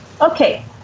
Okay